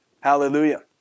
Hallelujah